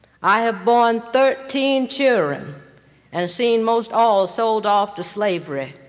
i have borne thirteen children and seen most all sold off to slavery,